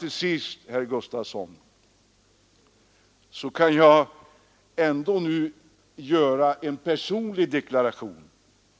Till sist, herr Gustafsson, kan jag göra en personlig deklaration.